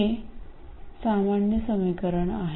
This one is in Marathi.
हे सामान्य समीकरण आहे